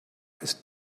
ist